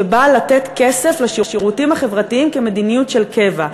שבא לתת כסף לשירותים החברתיים כמדיניות של קבע.